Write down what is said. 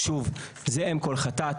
שוב, זה אם כל חטאת.